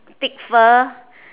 thick fur